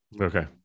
Okay